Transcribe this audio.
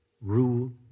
rule